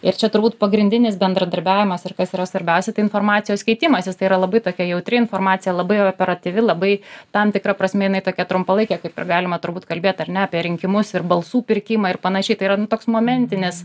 ir čia turbūt pagrindinis bendradarbiavimas ir kas yra svarbiausia tai informacijos keitimasis jis tai yra labai tokia jautri informacija labai operatyvi labai tam tikra prasme jinai tokia trumpalaikė kaip ir galima turbūt kalbėt ar ne apie rinkimus ir balsų pirkimą ir panašiai tai yra nu toks momentinis